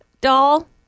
doll